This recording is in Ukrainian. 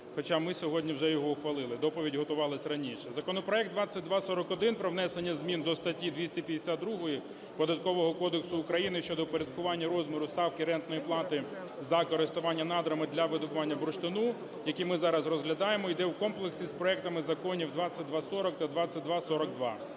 хоча ми сьогодні його вже ухвалили, доповідь готувалася раніше. Законопроект 2241 про внесення змін до статті 252 Податкового кодексу України щодо впорядкування розміру ставки рентної плати за користування надрами для видобування бурштину, які ми зараз розглядаємо, йде в комплексі з проектами законів 2240 та 2242.